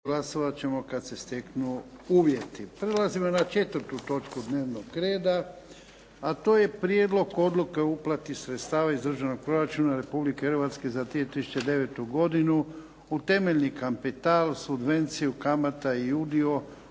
**Jarnjak, Ivan (HDZ)** Prelazimo na 4. točku dnevnog reda, a to je - Prijedlog odluke o uplati sredstava iz Državnog proračuna Republike Hrvatske za 2009. godinu u temeljni kapital, subvencije, kamata i udio